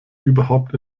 überhaupt